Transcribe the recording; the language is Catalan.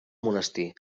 monestir